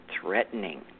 threatening